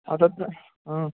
ह तत्र अ